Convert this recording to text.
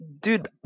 Dude